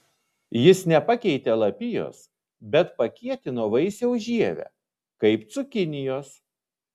jis nepakeitė lapijos bet pakietino vaisiaus žievę kaip cukinijos